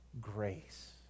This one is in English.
grace